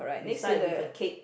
beside with a cake